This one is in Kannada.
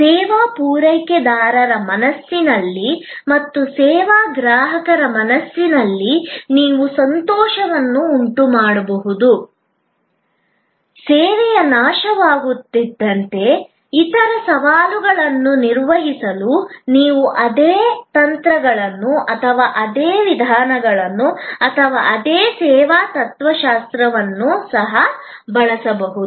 ಸೇವಾ ಪೂರೈಕೆದಾರರ ಮನಸ್ಸಿನಲ್ಲಿ ಮತ್ತು ಸೇವಾ ಗ್ರಾಹಕರ ಮನಸ್ಸಿನಲ್ಲಿ ನೀವು ಸಂತೋಷವನ್ನು ಉಂಟುಮಾಡಬಹುದು ಸೇವೆಯ ನಾಶವಾಗುವಂತಹ ಇತರ ಸವಾಲುಗಳನ್ನು ನಿರ್ವಹಿಸಲು ನೀವು ಅದೇ ತಂತ್ರಗಳನ್ನು ಅಥವಾ ಅದೇ ವಿಧಾನಗಳನ್ನು ಅಥವಾ ಅದೇ ಸೇವಾ ತತ್ವಶಾಸ್ತ್ರವನ್ನು ಸಹ ಬಳಸಬಹುದು